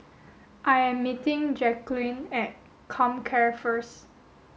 I am meeting Jacquelin at Comcare first